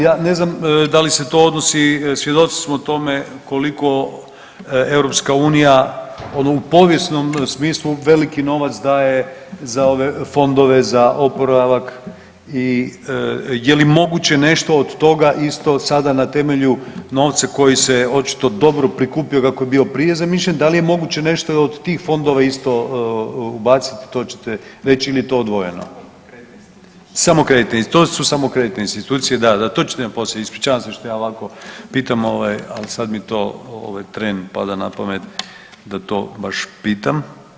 Ja ne znam da li se to odnosi, svjedoci smo tome koliko EU ono u povijesnom smislu veliki novac daje za ove fondove za oporavak i je li moguće nešto od toga isto sada na temelju novca koji se očito dobro prikupio kako je bio prije zamišljen, da li je moguće nešto i od tih fondova isto ubacit, to ćete reć ili je to odvojeno… [[Upadica iz klupe se ne razumije]] Samo kreditne institucije, to su samo kreditne institucije, da, da, to ćete nam poslije, ispričavam se što ja ovako pitam ovaj, al sad mi to ovaj tren pada na pamet da to baš pitam.